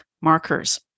markers